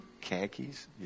khakis